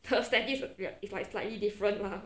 the it's like slightly different lah